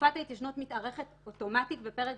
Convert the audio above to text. תקופת ההתיישנות מתארכת אוטומטית בפרק